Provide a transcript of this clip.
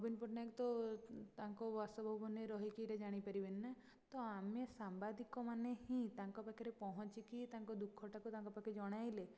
ନବୀନ ପଟ୍ଟନାୟକ ତ ତାଙ୍କ ବାସଭାବନରେ ରହିକି ଏଇଟା ଜାଣିପାରିବେନି ନା ତ ଆମେ ସାମ୍ବାଦିକମାନେ ହିଁ ତାଙ୍କ ପାଖରେ ପହଞ୍ଚି କି ତାଙ୍କ ଦୁଃଖଟାକୁ ତାଙ୍କ ପାଖେ ଜଣାଇଲେ